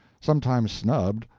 sometimes snubbed,